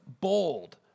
bold